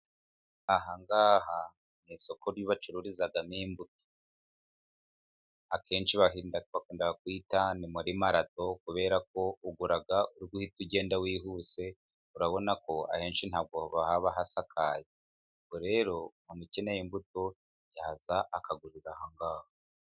Aha ngaha n'isoko ari bacururizamo imbuto ahahariza akenshi bakunda ku kita ni muri marato, kubera ko ugura uhita ugenda wihuse, urabona ko ahenshi ntabwo baha hasakaye, nuko rero ukeneye imbuto yaza akagurira aha ngaha.